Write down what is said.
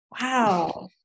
Wow